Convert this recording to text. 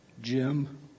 Jim